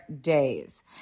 days